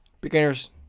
Beginners